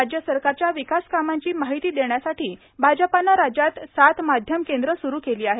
राज्य सरकारच्या विकास कामांची माहिती देण्यासाठी भाजपाने राज्यात सात मिडीया सेंटर्स स्रू केली आहेत